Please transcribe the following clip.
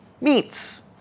meats